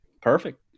perfect